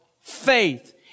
faith